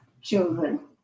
children